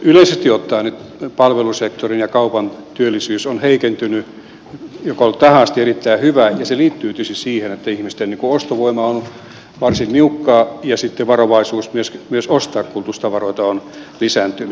yleisesti ottaen nyt on heikentynyt palvelusektorin ja kaupan työllisyys joka on ollut tähän asti erittäin hyvä ja se liittyy tietysti siihen että ihmisten ostovoima on varsin niukkaa ja sitten myös varovaisuus ostaa kulutustavaroita on lisääntynyt